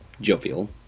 jovial